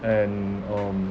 and um